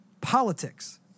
Politics